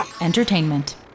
entertainment